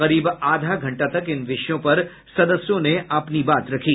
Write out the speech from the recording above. करीब आधा घंटा तक इन विषयों पर सदस्यों ने अपनी बात रखी